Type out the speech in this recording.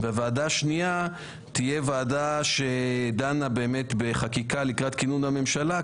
וועדה שנייה תהיה ועדה שדנה בחקיקה לקראת כינון הממשלה,